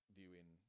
viewing